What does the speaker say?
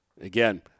Again